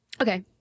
Okay